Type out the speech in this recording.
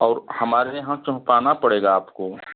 और हमारे यहाँ पहुंचाना पड़ेगा आपको